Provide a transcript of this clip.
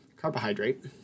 Carbohydrate